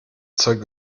zeug